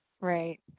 Right